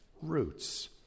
roots